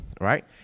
right